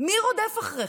מי רודף אחריכם?